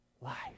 life